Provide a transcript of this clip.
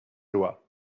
loi